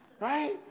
right